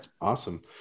Awesome